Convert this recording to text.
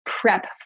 prep